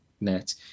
net